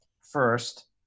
first